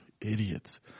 Idiots